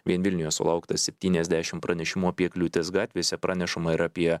vien vilniuje sulaukta septyniasdešim pranešimų apie kliūtis gatvėse pranešama ir apie